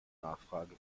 nachfrage